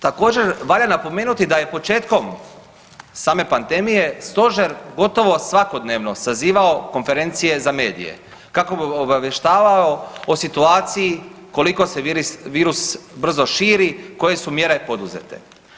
Također valja napomenuti da je početkom same pandemije Stožer gotovo svakodnevno sazivao konferencije za medije kako bi obavještavao o situaciji koliko se virus brzo širi, koje su mjere poduzete.